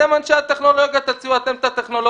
אתם אנשי הטכנולוגיה, תציעו אתם את הטכנולוגיה.